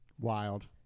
Wild